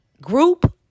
group